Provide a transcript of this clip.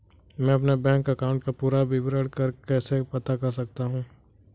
मैं अपने bank account का पूरा विवरण कैसे पता कर सकता हूँ?